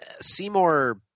Seymour